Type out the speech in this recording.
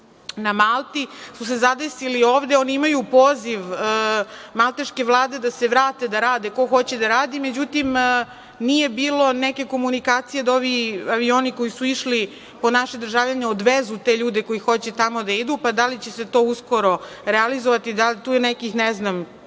na Malti su se zadesili ovde. Oni imaju poziv malteške vlade da se vrate da rade, ko hoće da radi.Međutim, nije bilo neke komunikacije da ovi avioni koji su išli po naše državljane odvezu te ljude koji hoće tamo da idu, da li će se to uskoro realizovati? Tu je nekih pedesetak